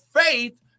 faith